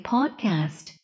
Podcast